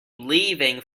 leaving